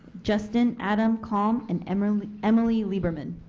justin adam kalm, and emily emily lieberman.